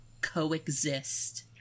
coexist